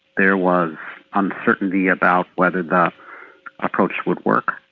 there was uncertainty about whether the approach would work,